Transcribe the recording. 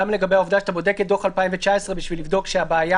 גם לגבי העובדה שאתה בודק את דוח 2019 בשביל לבדוק שהבעיה